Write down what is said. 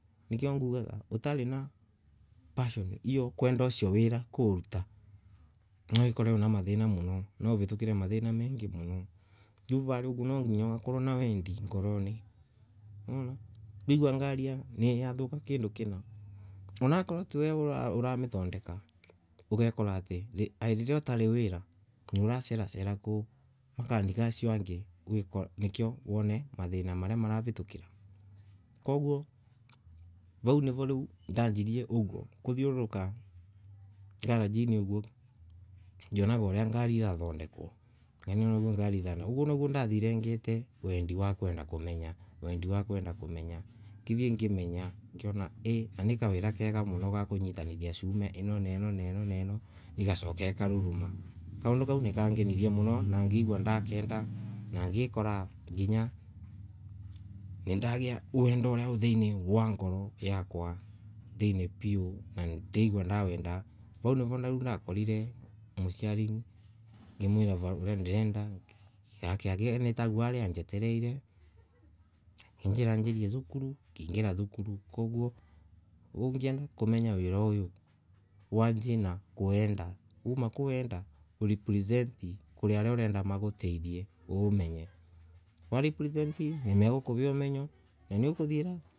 Nikio ngugaga utari na passion hio ya kwenda wira na kuuruta niwikore na mathina muno mengi muno. niuvitukire mathina mengii muno, riu varia nwanginya ukorwe na wendi ngororeri niwona?, wakorwa ngari ya thoka kindu kina ana wakorwa tiwe urami thondeka ugakora ati riria utari wira niura cera cera kwi makanika acio angi wone uria marathondeka, ngajiriria kuthiururuka ngaragi ngionaga uria ngari irathondekwa, ugu niguo nambiririe na wendi wa kwenda kumenya, ngithie ngimenya na ngiona ni kawira ga kunyitithania suma ino na ino ikaruruma, kaundu kau nikangenirie muno na ngigua ndakenda na ngikora nindagia wendo thiini wa ngoro yakwa thini pio, na ngigua dawenda, vau nivo nakorire muciari ngimwela uria ndireda nake ni taka ambetererete akimbira njaria sukulu ngisaria cukulu na kumenya wire na uka urepresent kwi aria urenda mawimenye. Warepresent nikagukuva umenyo na ni ukuthie